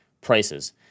prices